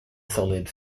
solid